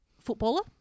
footballer